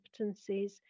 competencies